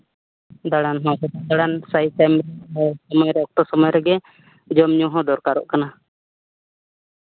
ᱫᱟᱬᱟᱱ ᱦᱚᱸ ᱵᱟᱹᱧ ᱫᱟᱬᱟᱱ ᱥᱚᱢᱚᱭ ᱨᱮ ᱚᱠᱛᱚ ᱥᱚᱢᱚᱭ ᱨᱮᱜᱮ ᱡᱚᱢ ᱧᱩ ᱦᱚᱸ ᱫᱚᱨᱠᱟᱨᱚᱜ ᱠᱟᱱᱟ